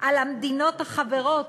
על המדינות החברות